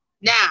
Now